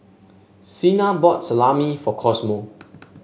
Cena bought Salami for Cosmo